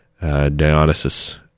Dionysus